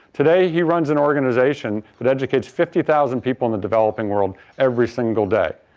today, he runs an organization that educates fifty thousand people in the developing world every single day,